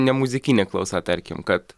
nemuzikinė klausa tarkim kad